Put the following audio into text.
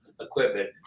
equipment